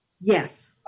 Yes